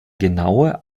genaue